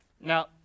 Now